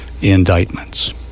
indictments